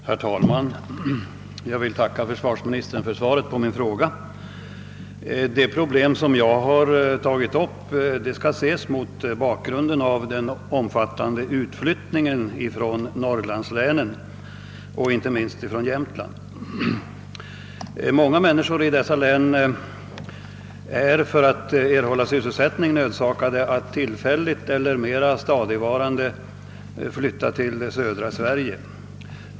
Herr talman! Jag vill tacka försvarsministern för svaret på min fråga. Det problem som jag har tagit upp skall ses mot bakgrunden av den omfattande utflyttningen från norrlands länen, inte minst från Jämtland. Många människor i dessa län är för att erhålla sysselsättning nödsakade att tillfälligt eller mera stadigvarande flytta till södra Sverige.